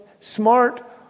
smart